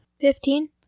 Fifteen